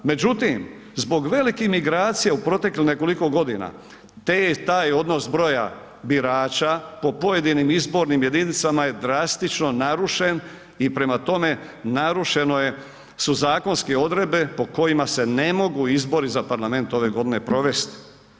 Međutim, zbog velikih migracija u proteklih nekoliko godina, te i taj odnos broja birača po pojedinim izbornim jedinicama je drastično narušen i prema tome, narušeno su zakonske odredbe po kojima se ne mogu izbori za parlament ove godine provesti.